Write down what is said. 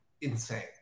insane